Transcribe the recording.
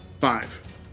five